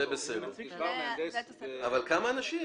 אבל כמה אנשים?